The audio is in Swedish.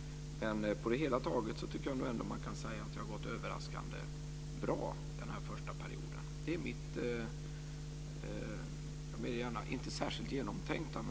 Men på det hela taget kan man ändå säga att den första perioden har gått överraskande bra. Det är min, inte särskilt genomtänkta, bild.